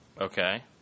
Okay